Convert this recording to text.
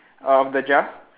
of the jar